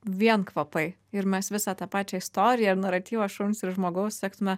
vien kvapai ir mes visą tą pačią istoriją ir naratyvą šuns ir žmogaus sektume